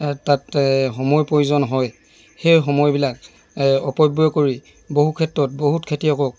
তাতে সময় প্ৰয়োজন হয় সেই সময়বিলাক অপব্যয় কৰি বহু ক্ষেত্ৰত বহুত খেতিয়কক